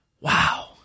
Wow